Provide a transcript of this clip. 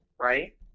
right